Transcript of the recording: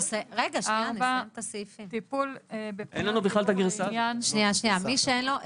אין לנו בכלל את הגרסה הזאת.